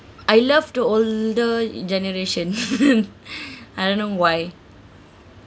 I love the older generation I don't know why